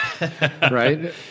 right